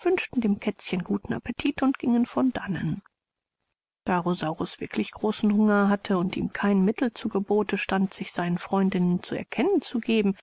wünschten dem kätzchen guten appetit und gingen von dannen da rosaurus wirklich großen hunger hatte und ihm kein mittel zu gebote stand sich seinen freundinnen zu erkennen zu geben